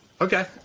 Okay